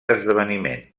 esdeveniment